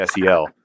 SEL